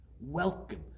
welcome